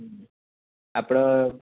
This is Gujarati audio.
હમ આપણો